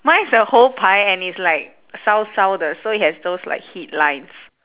mine is a whole pie and it's like 烧烧的 so it has those like heat lines